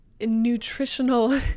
nutritional